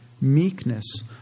meekness